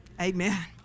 Amen